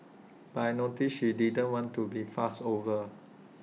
but I noticed she didn't want to be fussed over